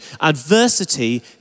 adversity